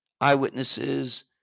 eyewitnesses